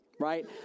right